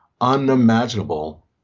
unimaginable